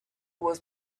was